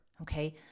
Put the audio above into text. Okay